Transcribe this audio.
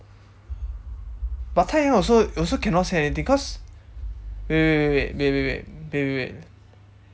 but 太阳 also also cannot say anything cause wait wait wait wait wait wait wait wait